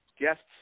guests